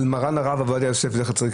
על מרן הרב עובדיה יוסף זצ"ל,